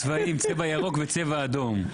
הצבעים, צבע ירוק וצבע אדום.